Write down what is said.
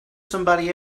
somebody